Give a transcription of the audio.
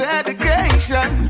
education